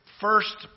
first